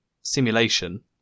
simulation